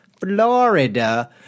Florida